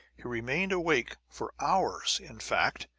he remained awake for hours, in fact,